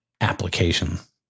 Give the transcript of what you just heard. applications